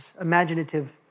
imaginative